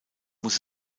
muss